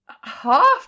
half